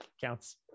Counts